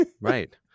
Right